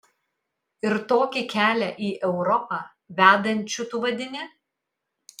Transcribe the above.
ir tokį kelią į europą vedančiu tu vadini